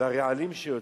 והרעלים שיוצאים.